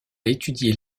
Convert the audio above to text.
étudié